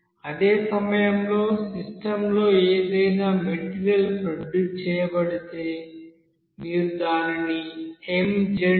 అదే సమయంలో సిస్టంలో ఏదైనా మెటీరియల్ ప్రొడ్యూస్ చేయబడితే మీరు దానిని mgen